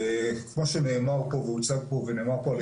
כמו שנאמר פה והוצג פה ונאמר פה על